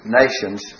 nations